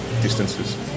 Distances